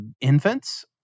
infants